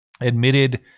admitted